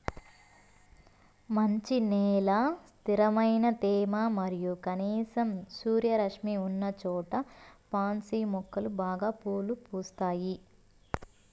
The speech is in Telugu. మంచి నేల, స్థిరమైన తేమ మరియు కనీసం సూర్యరశ్మి ఉన్నచోట పాన్సి మొక్కలు బాగా పూలు పూస్తాయి